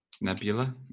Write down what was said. Nebula